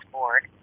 Board